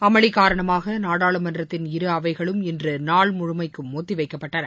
அமளி காரணமாக நாடாளுமன்றத்தின் இரு அவைகளும் இன்று நாள் முழுமைக்கும் ஒத்தி வைக்கப்பட்டன